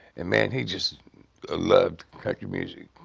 and, man, he just ah loved country music,